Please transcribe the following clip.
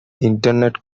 internet